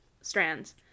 strands